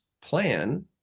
plan